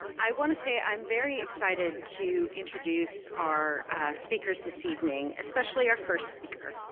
i wanna say i'm very excited to introduce our speakers this evening, especially our first speaker.